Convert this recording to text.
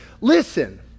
listen